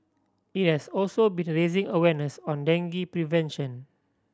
it has also been raising awareness on dengue prevention